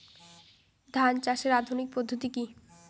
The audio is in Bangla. ধান চাষের আধুনিক পদ্ধতি কি?